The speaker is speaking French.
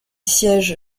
siége